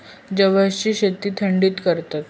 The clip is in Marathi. जवसची शेती थंडीत करतत